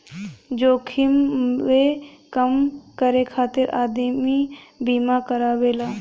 जोखिमवे कम करे खातिर आदमी बीमा करावेला